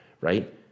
right